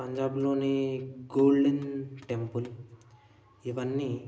పంజాబ్లోని golden temple ఇవన్నీ